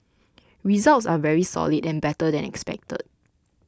results are very solid and better than expected